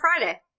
Friday